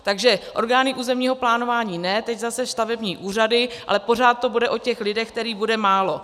Takže orgány územního plánování ne, teď zase stavební úřady, ale pořád to bude o těch lidech, kterých bude málo.